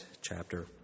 chapter